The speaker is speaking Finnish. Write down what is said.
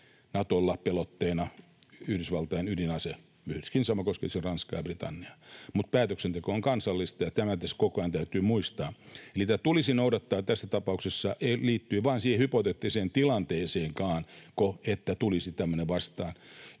Natolla pelotteena Yhdysvaltain ydinase. Sama koskee myöskin Ranskaa ja Britanniaa. Päätöksenteko on kansallista, ja tämä tässä koko ajan täytyy muistaa. Eli tulisi noudattaa tätä tässä tapauksessa, liittyen vain siihen hypoteettiseen tilanteeseen, että tulisi tämmöinen vastaan,